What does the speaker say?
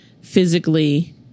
physically